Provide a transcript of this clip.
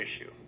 issue